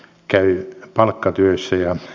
käy palkkatyössä ja